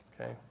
Okay